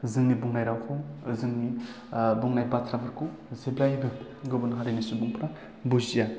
जोंनि बुंनाय रावखौ जोंनि बुंनाय बाथ्राफोरखौ जेब्लायबो गुबुन हारिनि सुबुंफ्रा बुजिया